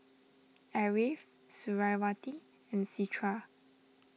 Ariff Suriawati and Citra